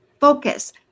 focus